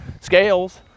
scales